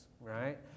right